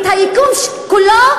את היקום כולו,